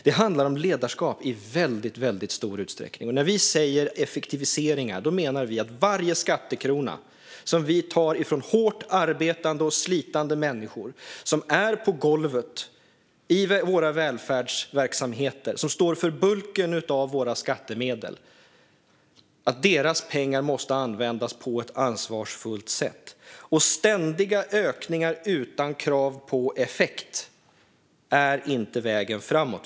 Det handlar om ledarskap i väldigt stor utsträckning, och när vi säger "effektiviseringar" menar vi att varje skattekrona som vi tar ifrån hårt arbetande och slitande människor på golvet i våra välfärdsverksamheter, de som står för bulken av våra skattemedel, måste användas på ett ansvarsfullt sätt. Ständiga ökningar utan krav på effekt är inte vägen framåt.